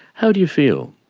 how do you feel?